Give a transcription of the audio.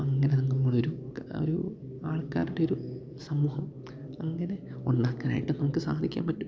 അങ്ങനെ നമ്മളൊരു ഒരു ആൾക്കാരുടെ ഒരു സമൂഹം അങ്ങനെ ഉണ്ടാക്കാനായിട്ട് നമുക്കു സാധിക്കാൻ പറ്റും